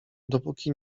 dopóki